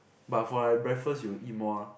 but for like breakfast you will eat more ah